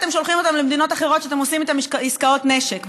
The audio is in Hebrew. אתם שולחים אותם למדינות אחרות שאתם עושים איתן עסקאות נשק,